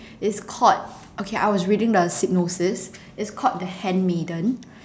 it's called okay I was reading the synopsis it's called the handmaiden